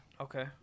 Okay